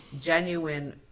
genuine